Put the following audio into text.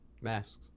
Masks